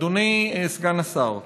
אדוני סגן השר,